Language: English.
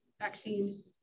Vaccine